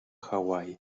hawaii